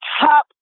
top